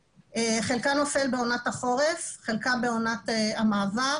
חלקה נופל בעונת החורף וחלקה בעונת המעבר.